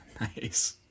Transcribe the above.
Nice